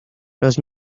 los